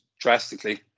drastically